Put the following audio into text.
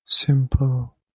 Simple